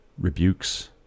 rebukes